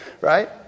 right